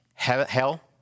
Hell